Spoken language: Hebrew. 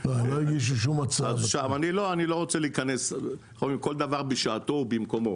אני לא רוצה להיכנס, כל דבר בשעתו ובמקומו.